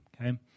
okay